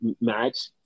match